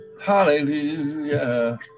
Hallelujah